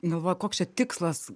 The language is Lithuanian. nu va koks čia tikslas